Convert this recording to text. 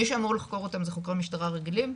מי שאמור לחקור אותם זה חוקרי משטרה רגילים,